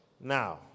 Now